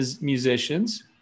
musicians